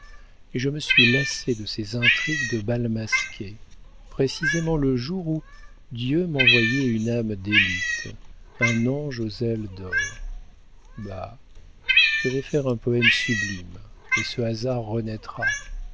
et je me suis lassé de ces intrigues de bal masqué précisément le jour où dieu m'envoyait une âme d'élite un ange aux ailes d'or bah je vais faire un poëme sublime et ce hasard renaîtra